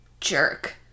jerk